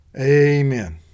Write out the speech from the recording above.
Amen